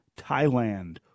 Thailand